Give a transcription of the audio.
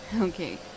Okay